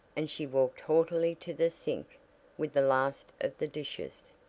and she walked haughtily to the sink with the last of the dishes.